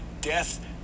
Death